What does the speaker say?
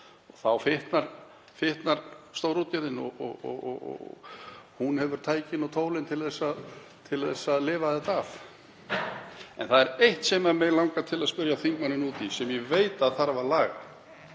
Þá fitnar stórútgerðin og hún hefur tækin og tólin til að lifa þetta af. En það er eitt sem mig langar til að spyrja hv. þingmanninn út í sem ég veit að þarf að laga.